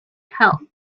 help